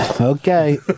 Okay